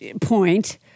point